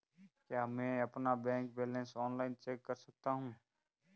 क्या मैं अपना बैंक बैलेंस ऑनलाइन चेक कर सकता हूँ?